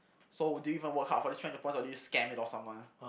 so did you even work hard for this three hundred points or did you just scam it off someone